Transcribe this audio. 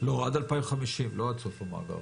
עד 2050, לא עד סוף המאגר.